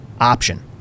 option